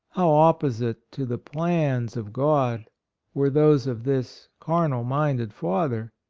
how opposite to the plans of god were those of this carnal minded father,